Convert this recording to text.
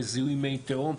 וזיהוי מי תהום,